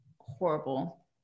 horrible